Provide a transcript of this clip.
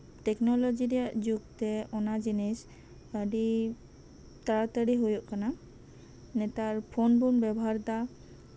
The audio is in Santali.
ᱴᱮᱠᱱᱳᱞᱚᱡᱤ ᱨᱮᱭᱟᱜ ᱡᱩᱜᱽᱛᱮ ᱚᱱᱟ ᱡᱤᱱᱤᱥ ᱟᱹᱰᱤ ᱛᱟᱲᱟᱛᱟᱲᱤ ᱦᱩᱭᱩᱜ ᱠᱟᱱᱟ ᱱᱮᱛᱟᱨ ᱯᱷᱳᱱ ᱵᱚᱱ ᱵᱮᱵᱷᱟᱨᱮᱫᱟ